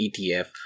etf